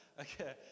Okay